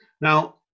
now